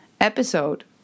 episode